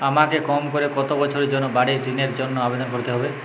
আমাকে কম করে কতো বছরের জন্য বাড়ীর ঋণের জন্য আবেদন করতে হবে?